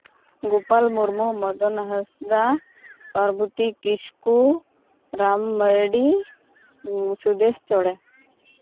Gopal Murmu Madan Hansda Parvati Kisku Ram Mardi Sudesh Chore